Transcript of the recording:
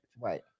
Right